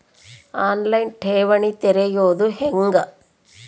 On line ಠೇವಣಿ ತೆರೆಯೋದು ಹೆಂಗ?